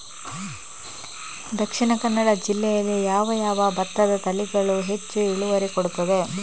ದ.ಕ ಜಿಲ್ಲೆಯಲ್ಲಿ ಯಾವ ಯಾವ ಭತ್ತದ ತಳಿಗಳು ಹೆಚ್ಚು ಇಳುವರಿ ಕೊಡುತ್ತದೆ?